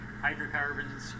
hydrocarbons